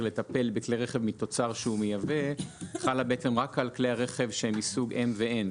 לטפל בכלי רכב מתוצר שהוא מיובא חלה רק על כלי הרכב שהם מסוג N ו-M,